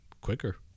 quicker